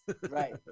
Right